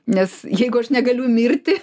nes jeigu aš negaliu mirti